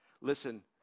Listen